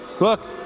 look